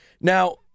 Now